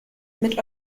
mit